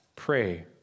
pray